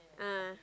ah